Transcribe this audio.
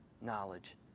knowledge